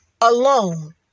alone